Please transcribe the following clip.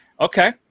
Okay